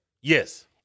Yes